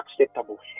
acceptable